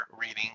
reading